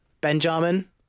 Benjamin